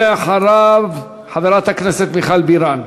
ואחריו, חברת הכנסת מיכל בירן.